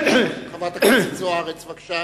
חברת הכנסת אורית זוארץ, בבקשה,